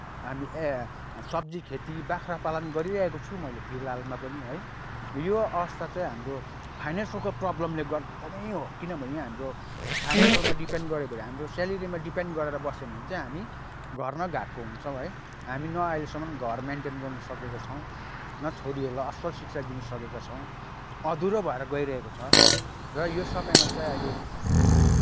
हामी ए सब्जी खेती बाख्रा पालन गरिरहेको छु मैले फिलहालमा पनि है यो अवस्था चाहिँ हाम्रो फाइनेन्सियलको प्रब्लमले गर्दा नै हो किनभने हाम्रो फाइनेन्सियल डिपेन्ड गऱ्यो भने हाम्रो स्यालेरीमा डिपेन्ड गरेर बस्यौँ भने चाहिँ हामी घर न घाटको हुन्छौँ है हामी न अहिलेसम्म घर मेन्टेन गर्न सकेको छौँ न छोरीहरूलाई असल शिक्षा दिनसकेका छौँ अधुरो भएर गइरहेको छ र यो समयमा चाहिँ अहिले